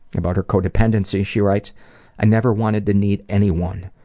about her co-dependency she writes i never wanted to need anyone,